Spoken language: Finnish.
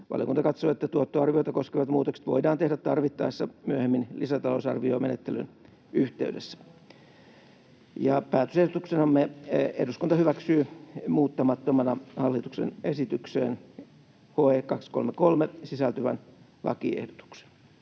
valiokunta katsoo, että tuottoarvioita koskevat muutokset voidaan tehdä tarvittaessa myöhemmin lisätalousarviomenettelyn yhteydessä. Päätösehdotuksenamme eduskunta hyväksyy muuttamattomana hallituksen esitykseen HE 233 sisältyvän lakiehdotuksen.